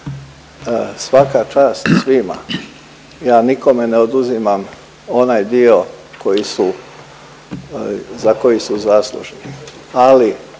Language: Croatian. svaka čast svima, ja nikome ne oduzimam onaj dio koji su, za koji